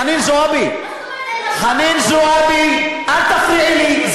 חנין זועבי, חנין זועבי, אל תפריעי לי.